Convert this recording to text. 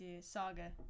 saga